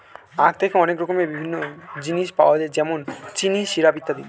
আখ থেকে অনেক রকমের জিনিস পাওয়া যায় যেমন চিনি, সিরাপ ইত্যাদি